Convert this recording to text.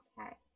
Okay